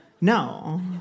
No